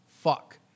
Fuck